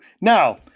Now